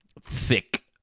thick